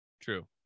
True